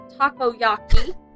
takoyaki